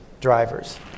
drivers